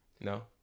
No